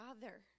father